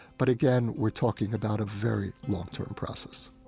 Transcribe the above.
but again, we're talking about a very long-term process